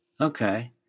Okay